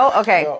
okay